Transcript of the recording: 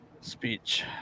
speech